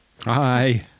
Hi